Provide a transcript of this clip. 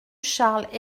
charles